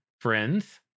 friends